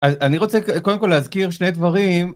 א... אני רוצה ק... קודם כל להזכיר שני דברים.